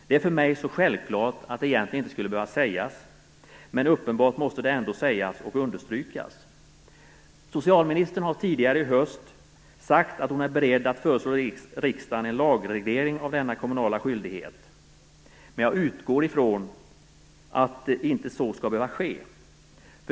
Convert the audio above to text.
Det är för mig så självklart att det egentligen inte skulle behöva sägas. Men uppenbarligen måste det ändå sägas och understrykas. Socialministern har tidigare i höst sagt att hon är beredd att föreslå riksdagen en lagreglering av denna kommunala skyldighet, men jag utgår ifrån att så inte skall behöva ske.